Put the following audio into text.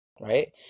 right